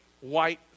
White